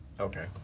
Okay